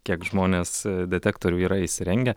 kiek žmonės detektorių yra įsirengę